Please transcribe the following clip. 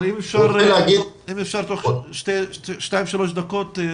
אם אפשר תוך 2-3 דקות.